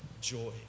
joy